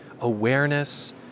awareness